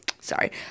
Sorry